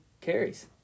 carries